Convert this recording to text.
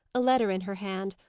a letter in her hand,